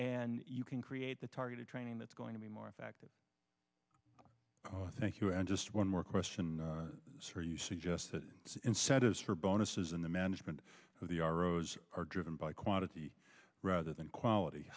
and you can create the targeted training that's going to be more effective thank you and just one more question here you suggest incentives for bonuses in the management of the aros are driven by quantity rather than quality